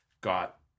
got